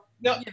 No